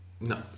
No